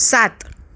સાત